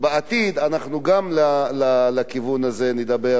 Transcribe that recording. בעתיד אנחנו גם על הכיוון הזה נדבר,